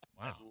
wow